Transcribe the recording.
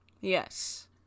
Yes